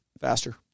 Faster